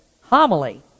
homily